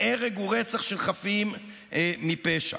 מהרג ורצח של חפים מפשע.